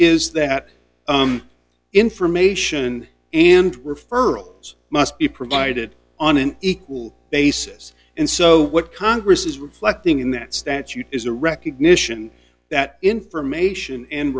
is that information and referrals must be provided on an equal basis and so what congress is reflecting in that statute is a recognition that information and